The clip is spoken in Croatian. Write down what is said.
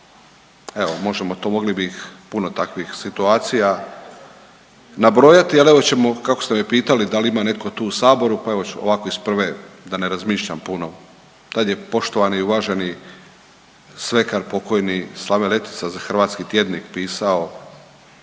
evo možemo to, mogli bi puno takvih situacija nabrojati. Ali evo ćemo kako ste me pitali da li ima tu netko tu u Saboru, pa ću ovako iz prve da ne razmišljam puno. Tada je poštovani i uvaženi svekar pokojni Slaven Letica za Hrvatski tjednik pisao